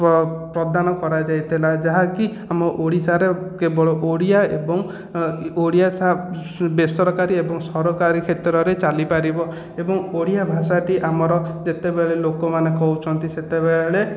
ପ୍ର ପ୍ରଦାନ କରାଯାଇଥିଲା ଯାହାକି ଆମ ଓଡ଼ିଶାରେ କେବଳ ଓଡ଼ିଆ ଏବଂ ଓଡ଼ିଆ ବେସରକାରୀ ଏବଂ ସରକାରୀ କ୍ଷେତ୍ରରେ ଚାଲିପାରିବ ଏବଂ ଓଡ଼ିଆ ଭାଷାଟି ଆମର ଯେତେବେଳେ ଲୋକମାନେ କହୁଛନ୍ତି ସେତେବେଳେ